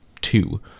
two